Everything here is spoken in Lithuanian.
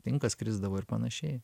tinkas krisdavo ir panašiai